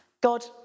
God